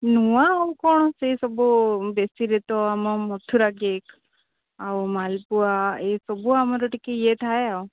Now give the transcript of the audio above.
ନୂଆ ଆଉ କ'ଣ ସେହି ସବୁ ବେଶୀରେ ତ ଆମ ମଥୁରା କେକ୍ ଆଉ ମାଲପୁଆ ଏହିସବୁ ଆମର ଟିକେ ଇଏ ଥାଏ ଆଉ